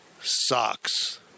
sucks